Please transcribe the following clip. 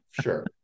Sure